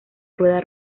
rueda